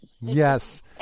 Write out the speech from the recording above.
Yes